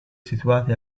situati